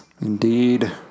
Indeed